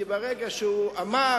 כי ברגע שהוא אמר,